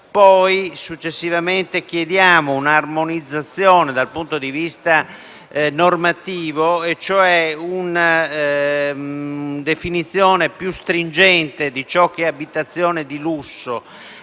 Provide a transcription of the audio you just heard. Successivamente chiediamo un'armonizzazione dal punto di vista normativo, e cioè una definizione più stringente di ciò che è abitazione di lusso.